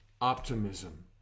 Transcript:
optimism